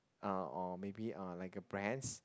uh or maybe uh like a brands